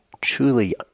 truly